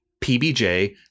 PBJ